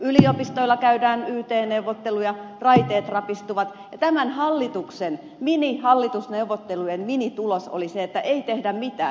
yliopistoilla käydään yt neuvotteluja raiteet rapistuvat ja tämän hallituksen minihallitusneuvottelujen minitulos oli se että ei tehdä mitään